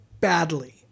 badly